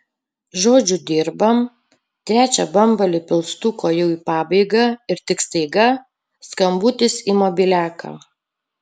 žodžiu dirbam trečią bambalį pilstuko jau į pabaigą ir tik staiga skambutis į mobiliaką